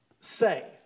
say